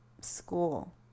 school